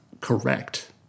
Correct